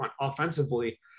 offensively